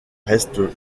reste